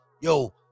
Yo